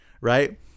Right